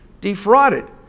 defrauded